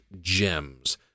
gems